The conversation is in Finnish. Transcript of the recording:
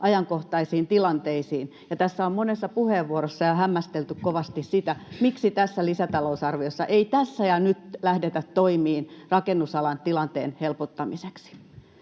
ajankohtaisiin tilanteisiin, ja täällä on monessa puheenvuorossa jo hämmästelty kovasti sitä, miksi tässä lisätalousarviossa ei tässä ja nyt lähdetä toimiin rakennusalan tilanteen helpottamiseksi.